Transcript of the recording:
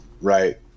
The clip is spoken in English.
right